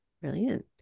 Brilliant